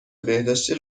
بهداشتی